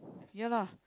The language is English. ya lah